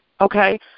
okay